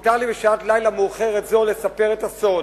מותר לי בשעת לילה מאוחרת זו לספר את הסוד.